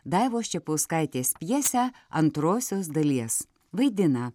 daivos čepauskaitės pjesę antrosios dalies vaidina